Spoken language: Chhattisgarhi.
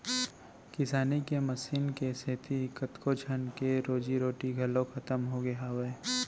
किसानी के मसीन के सेती कतको झन के रोजी रोटी घलौ खतम होगे हावय